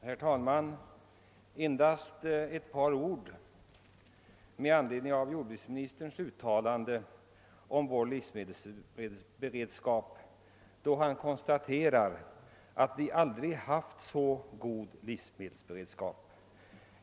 Herr talman! Endast ett par ord med anledning av jordbruksministerns uttalande att vi aldrig haft så god livsmedelsberedskap som i dag.